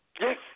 Yes